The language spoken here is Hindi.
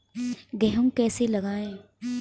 गेहूँ कैसे लगाएँ?